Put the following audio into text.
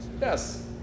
Yes